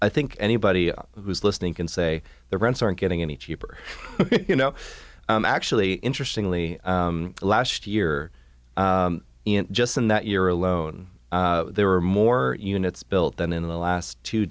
i think anybody who's listening can say the rents aren't getting any cheaper you know i'm actually interesting only last year just in that year alone there were more units built than in the last two